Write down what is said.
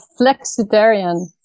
flexitarian